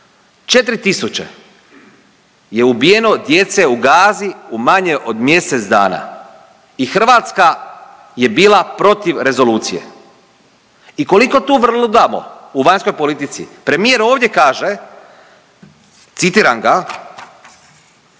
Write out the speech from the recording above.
4 tisuće je ubijeno djece u Gazi u manje od mjesec dana i Hrvatska je bila protiv rezolucije. I koliko tu vrludamo u vanjskoj politici? Premijer ovdje kaže, citiram ga,